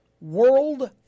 World